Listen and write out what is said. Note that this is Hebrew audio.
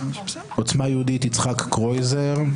עוצמה יהודית יצחק קרויזר,